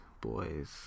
boys